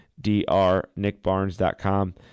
drnickbarnes.com